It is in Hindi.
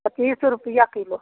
पच्चीस रूपये किलो